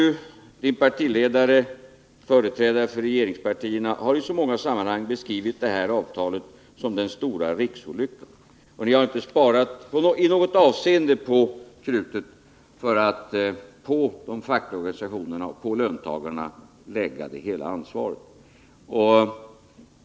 Han själv, hans partiledare och företrädare för regeringspartierna har i så många sammanhang beskrivit detta avtal som den stora riksolyckan, och de har inte i något avseende sparat på krutet för att lägga hela ansvaret på de fackliga organisationerna och på löntagarna.